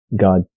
God